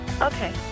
Okay